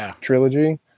trilogy